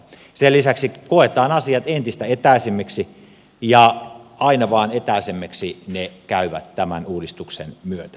sen lisäksi koetaan asiat entistä etäisemmiksi ja aina vaan etäisemmiksi ne käyvät tämän uudistuksen myötä